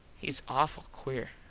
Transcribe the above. hes awful queer.